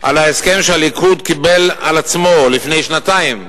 להסכם שהליכוד קיבל על עצמו לפני שנתיים,